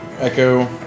Echo